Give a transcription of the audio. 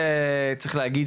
העיכובון,